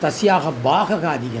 तस्याः बाह्यकार्यं